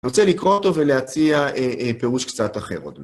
אני רוצה לקרוא אותו ולהציע פירוש קצת אחר עוד.